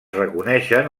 reconeixen